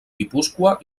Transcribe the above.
guipúscoa